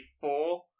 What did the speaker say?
four